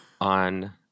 on